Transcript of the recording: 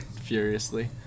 furiously